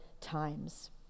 times